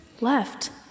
left